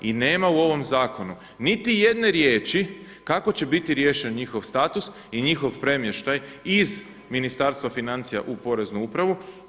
I nema u ovom zakonu niti jedne riječi kako će biti riješen njihov status i njihov premještaj iz Ministarstva financija u poreznu upravu.